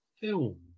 film